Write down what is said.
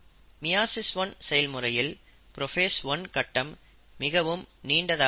meiosis 1 செயல்முறையில் prophase 1 கட்டம் மிகவும் நீண்டதாக இருக்கும்